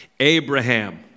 Abraham